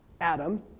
Adam